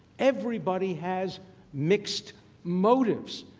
everybody has mixed motives.